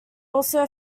also